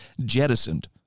jettisoned